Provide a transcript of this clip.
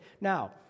Now